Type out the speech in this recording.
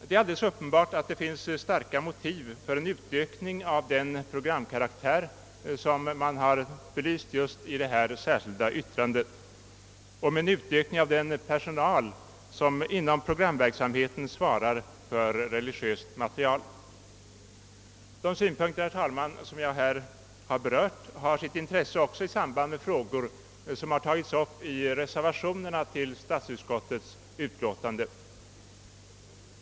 Det är alldeles uppenbart att det finns starka motiv för en utökning av antalet program av den karaktär som man har belyst i detta särskilda yttrande liksom för en förstärkning av den personal som inom programverksamheten svarar för religiöst material. De synpunkter, herr talman, som jag här har berört har sitt intresse också i samband med frågor som har tagits upp i reservationerna till statsutskottets utlåtande.